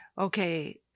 okay